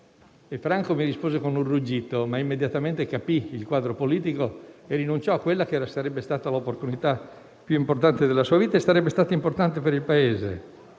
Franco mi rispose con un ruggito, ma immediatamente capì il quadro politico e rinunciò a quella che sarebbe stata l'opportunità più importante della sua vita e sarebbe stata importante anche per il Paese,